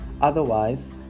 Otherwise